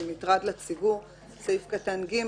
מטרד לציבור בסעיף קטן (ג).